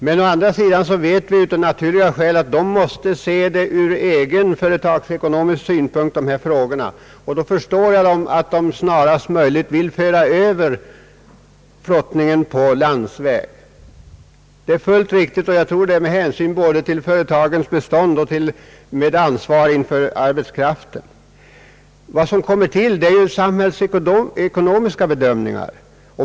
Men vi vet att företagen av naturliga skäl måste se dessa frågor ur egen företagsekonomisk synpunkt, och jag förstår att de snarast möjligt vill lägga om flottningen till transport på landsväg. Jag tror att det är fullt riktigt med hänsyn till både företagens bestånd och deras ansvar inför arbetskraften. Vad som kommer till är samhällsekonomiska bedömningar.